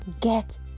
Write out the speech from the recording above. get